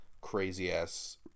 crazy-ass